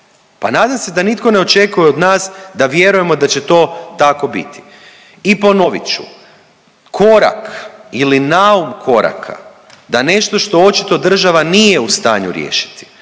Pa nadam se da nitko ne očekuje od nas da vjerujemo da će to tako biti. I ponovit ću, korak ili naum koraka da nešto što očito država nije u stanju riješiti,